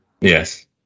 yes